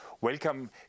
welcome